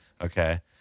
Okay